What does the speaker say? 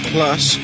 Plus